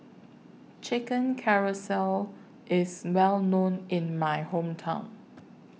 Chicken IS Well known in My Hometown